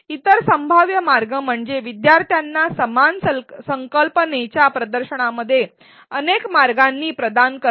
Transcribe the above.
इतर संभाव्य मार्ग म्हणजे शिकणाऱ्यांना समान संकल्पनेच्या प्रदर्शनामध्ये अनेक मार्गांनी प्रदान करणे